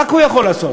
רק הוא יכול לעשות.